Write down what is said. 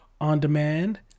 on-demand